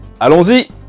Allons-y